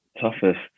Toughest